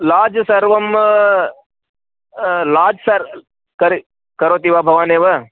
लाज् सर्वं लाज् सर्वं कति करोति वा भवानेव